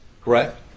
correct